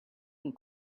can